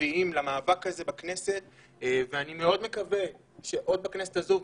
טבעיים למאבק הזה בכנסת ואני מאוד מקווה שעוד בכנסת הזו,